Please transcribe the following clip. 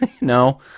no